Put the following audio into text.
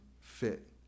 fit